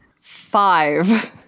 Five